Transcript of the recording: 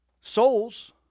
souls